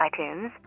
iTunes